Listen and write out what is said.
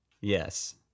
Yes